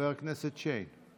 חבר הכנסת שיין.